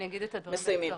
אני אומר את הדברים בקצרה.